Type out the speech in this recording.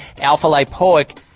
alpha-lipoic